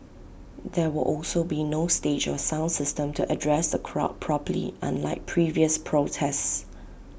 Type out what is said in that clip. there will also be no stage or sound system to address the crowd properly unlike previous protests